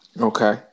Okay